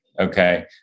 okay